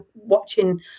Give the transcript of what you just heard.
watching